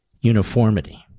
...uniformity